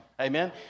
amen